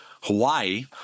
Hawaii